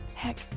heck